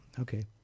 Okay